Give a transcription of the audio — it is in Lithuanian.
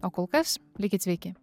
o kol kas likit sveiki